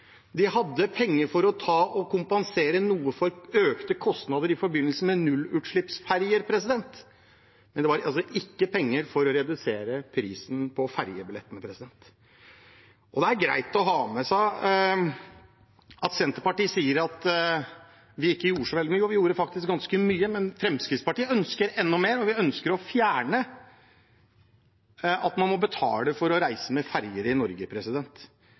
De hadde penger for å kompensere noe for økte kostnader i forbindelse med nullutslippsferger, men det var ikke penger for å redusere prisen på fergebilletter. Det er greit å ha med seg at Senterpartiet sier at vi ikke gjorde så veldig mye. Jo, vi gjorde faktisk ganske mye. Men Fremskrittspartiet ønsker enda mer. Vi ønsker å fjerne det at man må betale for å reise med ferge i Norge.